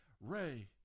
Ray